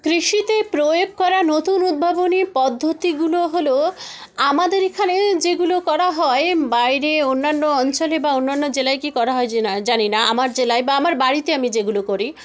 কৃষিতে প্রয়োগ করা নতুন উদ্ভাবনী পদ্ধতিগুলো হল আমাদের এখানে যেগুলো করা হয় বাইরে অন্যান্য অঞ্চলে বা অন্যান্য জেলায় কী করা হয় জানি না আমার জেলায় বা আমার বাড়িতে আমি যেগুলো করি